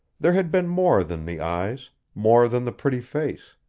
there had been more than the eyes more than the pretty face!